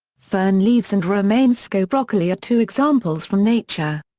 fern leaves and romanesco broccoli are two examples from nature.